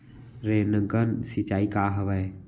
Rain gun सिंचाई का हवय?